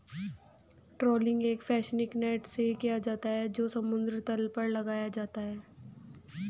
trawling एक fishing net से किया जाता है जो समुद्र तल पर लगाया जाता है